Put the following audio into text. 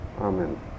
Amen